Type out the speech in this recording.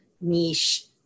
niche